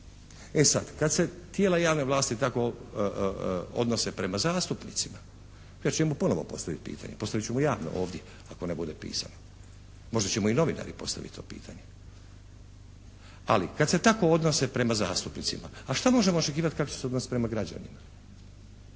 E sad. Kad se tijela javne vlasti tako odnose prema zastupnicima, ja ću njemu ponovo postaviti pitanje, postavit ću mu javno ovdje ako ne bude pisano. Možda će mu i novinari postaviti to pitanje. Ali kad se tako odnose prema zastupnicima a šta možemo očekivati kako će se odnositi prema građanima.